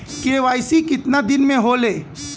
KYC कितना दिन में होले?